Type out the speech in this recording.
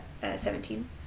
seventeen